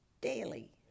daily